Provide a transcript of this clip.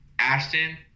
Ashton